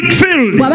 filled